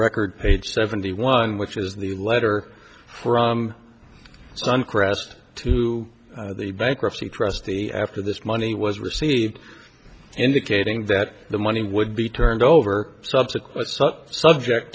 record page seventy one which is the letter from suncrest to the bankruptcy trustee after this money was received indicating that the money would be turned over subsequent su